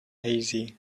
hazy